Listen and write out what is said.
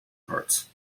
parts